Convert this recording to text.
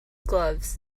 gloves